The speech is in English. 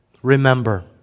Remember